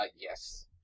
yes